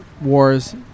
wars